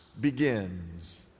begins